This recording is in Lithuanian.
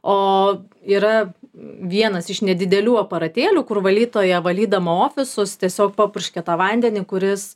o yra vienas iš nedidelių aparatėlių kur valytoja valydama ofisus tiesiog papurškia tą vandenį kuris